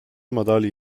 madalya